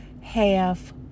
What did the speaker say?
Half